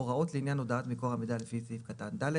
הוראות לעניין ודעת מקור המידע לפי סעיף קטון (ד)